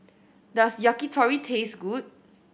does Yakitori taste good